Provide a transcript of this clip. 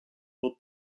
wird